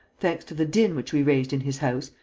thanks to the din which we raised in his house,